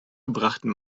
gebrachten